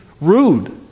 rude